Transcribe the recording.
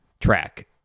track